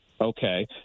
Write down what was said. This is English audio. Okay